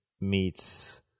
meets